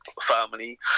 family